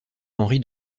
henri